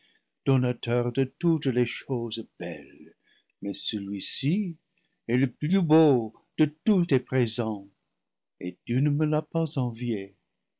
donateur de toutes les choses belles mais celui-ci est le plus beau de tous tes pré sents et tu ne me l'as pas envié